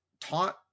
taught